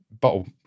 bottle